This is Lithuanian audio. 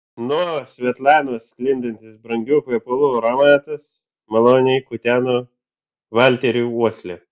nuo svetlanos sklindantis brangių kvepalų aromatas maloniai kuteno valteriui uoslę